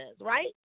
right